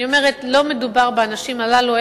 אני אומרת: לא מדובר באנשים הללו.